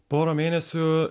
porą mėnesių